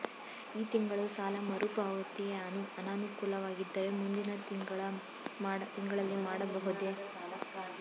ಈ ತಿಂಗಳು ಸಾಲ ಮರುಪಾವತಿ ಅನಾನುಕೂಲವಾಗಿದ್ದರೆ ಮುಂದಿನ ತಿಂಗಳಲ್ಲಿ ಮಾಡಬಹುದೇ?